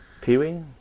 Pee-wee